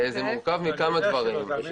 זה מורכב מכמה דברים: זה